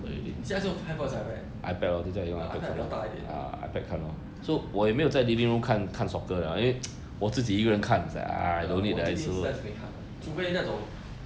你现在是 high box at where oh ipad 比较大一点我一定是在这边看的除非那种